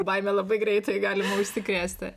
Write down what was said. baime labai greitai gali užsikrėsti